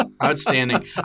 Outstanding